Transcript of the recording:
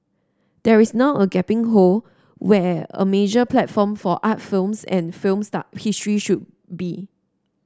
there is now a gaping hole where a major platform for art films and film start history should be